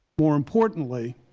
more importantly,